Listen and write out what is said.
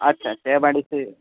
अच्छा M A D C